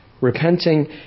repenting